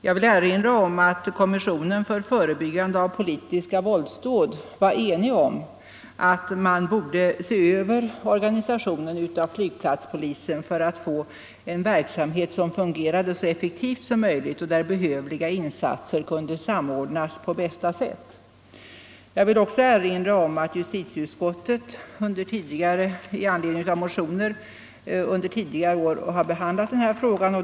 Jag vill erinra om att kommissionen för förebyggande av politiska våldsdåd var enig om att man borde se över organisationen av flygplatspolisen för att få en verksamhet som fungerade så effektivt som möjligt och där behövliga insatser kunde samordnas på bästa sätt. Jag vill också erinra om att justitieutskottet i anledning av motioner under tidigare år har behandlat den här frågan.